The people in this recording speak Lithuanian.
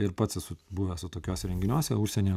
ir pats esu buvęs va tokiuose renginiuose užsienyje